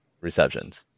receptions